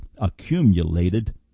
accumulated